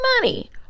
money